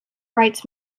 rights